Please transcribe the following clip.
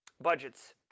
budgets